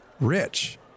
rich